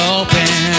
open